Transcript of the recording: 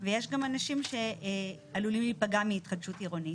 ויש גם אנשים שעלולים להיפגע מהתחדשות עירונית.